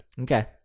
Okay